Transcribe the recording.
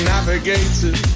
Navigator